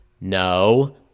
No